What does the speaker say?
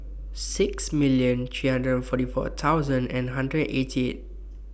sixt million three hundred forty four thousand and hundred eighty eight